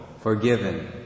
forgiven